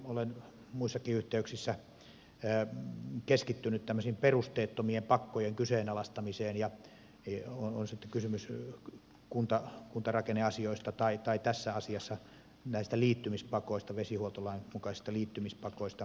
olen muissakin yhteyksissä keskittynyt tämmöisiin perusteettomien pakkojen kyseenalaistamiseen on sitten kysymys kuntarakenneasioista tai tässä asiassa näistä liittymispakoista vesihuoltolain mukaisista liittymispakoista